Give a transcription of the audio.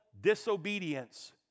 disobedience